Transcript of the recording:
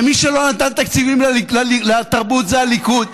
ומי שלא נתן תקציבים לתרבות זה הליכוד.